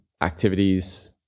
activities